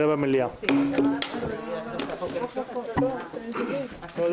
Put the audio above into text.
הישיבה ננעלה בשעה 14:10.